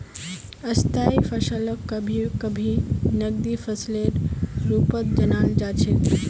स्थायी फसलक कभी कभी नकदी फसलेर रूपत जानाल जा छेक